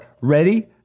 ready